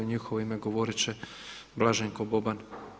U njihovo ime govoriti će Blaženko Boban.